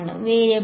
വേരിയബിളുകൾ